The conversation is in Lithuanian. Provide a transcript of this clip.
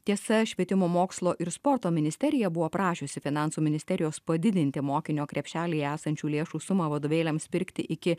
tiesa švietimo mokslo ir sporto ministerija buvo prašiusi finansų ministerijos padidinti mokinio krepšelyje esančių lėšų sumą vadovėliams pirkti iki